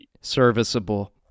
Serviceable